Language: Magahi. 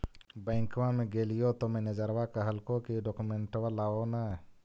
बैंकवा मे गेलिओ तौ मैनेजरवा कहलको कि डोकमेनटवा लाव ने?